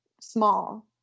small